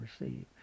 receive